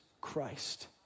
Christ